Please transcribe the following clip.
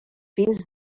fins